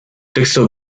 texto